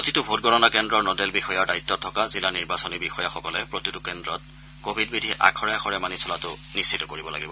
প্ৰতিটো ভোট গণনা কেন্দ্ৰৰ নডেল বিষয়াৰ দায়িত্বত থকা জিলা নিৰ্বাচনী বিষয়াসকলে প্ৰতিটো কেন্দ্ৰত কোৱিড বিধি আখৰে আখৰে মানি চলাটো নিশ্চিত কৰিব লাগিব